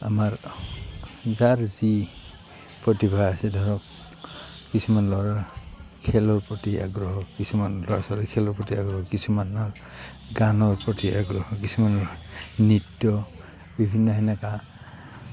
আমাৰ যাৰ যি প্ৰতিভা আছে ধৰক কিছুমান ল'ৰাৰ খেলৰ প্ৰতি আগ্ৰহ কিছুমান ল'ৰা ছোৱালী খেলৰ প্ৰতি আগ্ৰহ কিছুমানৰ গানৰ প্ৰতি আগ্ৰহ কিছুমানৰ নৃত্য বিভিন্ন তেনেকৈ